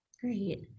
Great